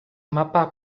mapa